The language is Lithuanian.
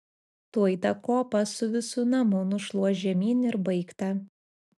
tuoj tą kopą su visu namu nušliuoš žemyn ir baigta